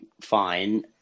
fine